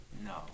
No